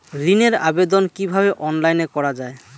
ঋনের আবেদন কিভাবে অনলাইনে করা যায়?